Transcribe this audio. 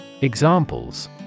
Examples